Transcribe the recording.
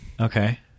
Okay